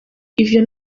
ivyo